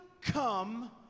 come